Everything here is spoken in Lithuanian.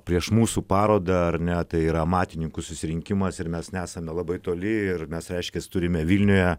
prieš mūsų parodą ar ne tai yra matininkų susirinkimas ir mes nesame labai toli ir mes reiškias turime vilniuje